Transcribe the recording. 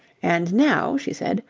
and now, she said,